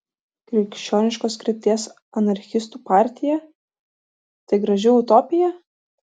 krikščioniškos krypties anarchistų partija tai graži utopija